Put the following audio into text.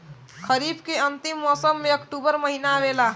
खरीफ़ के अंतिम मौसम में अक्टूबर महीना आवेला?